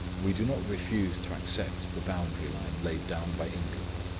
we do not refuse to accept the boundary line laid down by england.